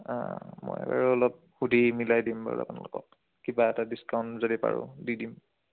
অঁ মই বাৰু অলপ সুধি মিলাই দিম বাৰু আপোনালোকক কিবা এটা ডিছকাউণ্ট যদি পাৰোঁ দি দিম